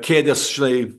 kėdės žinai